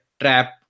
trap